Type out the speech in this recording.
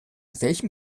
welchem